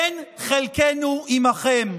אין חלקנו עמכם.